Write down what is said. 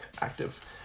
active